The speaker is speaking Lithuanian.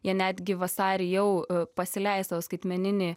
jie netgi vasarį jau pasileis savo skaitmeninį